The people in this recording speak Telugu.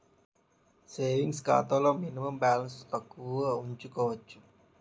సేవింగ్స్ ఖాతాలో మినిమం బాలన్స్ తక్కువ ఉంచుకోవచ్చు